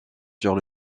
sur